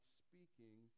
speaking